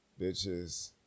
bitches